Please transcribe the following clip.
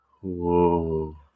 Whoa